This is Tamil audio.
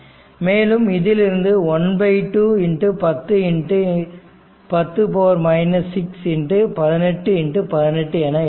மேலும் இதிலிருந்து 12 1010 6 1818 என்று எழுதலாம்